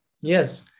Yes